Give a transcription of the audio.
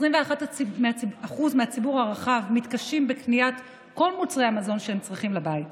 21% מהציבור הרחב מתקשים בקניית כל מוצרי המזון שהם צריכים לבית